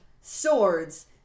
swords